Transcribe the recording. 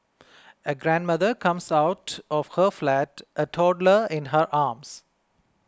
a grandmother comes out of her flat a toddler in her arms